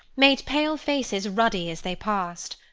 made pale faces ruddy as they passed.